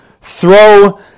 throw